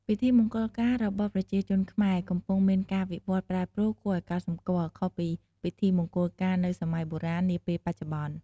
ពិធីមង្គលការរបស់ប្រជាជនខ្មែរ កំពុងមានការវិវត្តប្រែប្រួលគួរឲ្យកត់សម្គាល់ ខុសពីពិធីមង្គលការនៅសម័យបុរាណ នាពេលបច្ចុប្បន្ន។